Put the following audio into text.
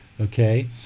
Okay